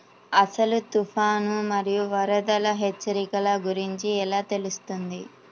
అసలు తుఫాను మరియు వరదల హెచ్చరికల గురించి ఎలా తెలుస్తుంది?